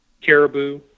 caribou